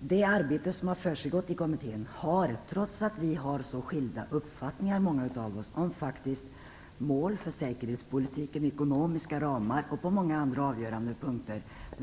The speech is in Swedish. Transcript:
Det arbete som har försiggått i kommittén har haft väldigt stor bredd, trots att många av oss har så skilda uppfattningar om mål för säkerhetspolitiken, om ekonomiska ramar och på många andra avgörande punkter.